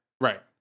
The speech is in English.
Right